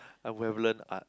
I would have learn art